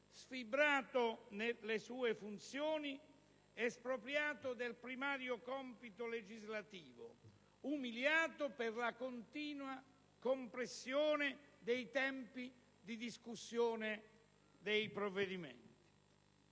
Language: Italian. sfibrato nelle sue funzioni, espropriato del primario compito legislativo, umiliato per la continua compressione dei tempi di discussione dei provvedimenti.